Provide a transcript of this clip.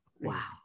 Wow